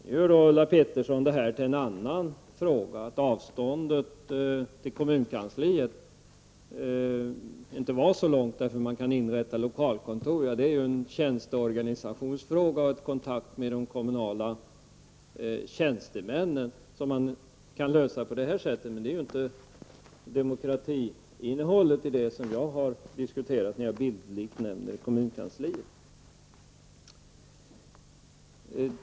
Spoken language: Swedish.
Då gör Ulla Pettersson det här till en annan fråga och säger att avståndet till kommunkansliet inte är så långt, eftersom man kan inrätta lokalkontor. Det är ju en tjänsteorganisationsfråga -- det är problemet med kontakten med de kommunala tjänstemännen som man kan lösa på det sättet. Men det jag har diskuterat när jag bildligt har talat om kommunkansliet är ju demokratiinnehållet.